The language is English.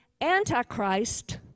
Antichrist